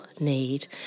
need